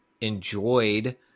enjoyed